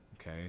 okay